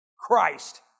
Christ